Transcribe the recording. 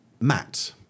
Matt